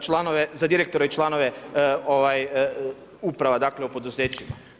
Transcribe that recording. članove, za direktore i članove uprava, dakle u poduzećima.